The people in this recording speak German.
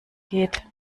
geht